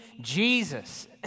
Jesus